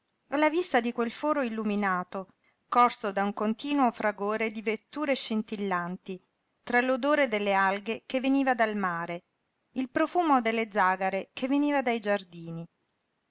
quel foro illuminato corso da un continuo fragore di vetture scintillanti tra l'odore delle alghe che veniva dal mare il profumo delle zàgare che veniva dai giardini